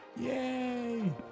Yay